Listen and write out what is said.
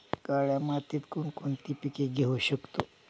काळ्या मातीत कोणकोणती पिके घेऊ शकतो?